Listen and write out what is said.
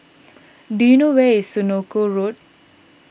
do you know where is Senoko Road